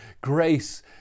grace